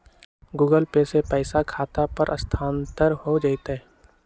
Google Pay से पईसा खाता पर स्थानानंतर हो जतई?